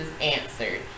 answered